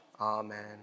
Amen